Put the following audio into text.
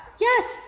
yes